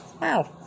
Wow